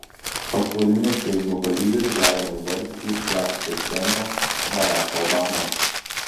pasauliniu feisbuko lyderiu galima įvardyti jav prezidentą baraką obamą